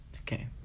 Okay